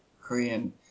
Korean